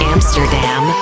Amsterdam